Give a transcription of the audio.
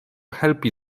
helpi